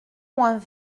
moins